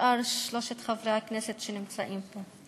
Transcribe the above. ושאר שלושת חברי הכנסת שנמצאים פה,